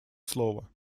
слова